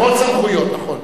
מירוץ סמכויות, נכון.